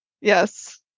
Yes